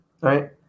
right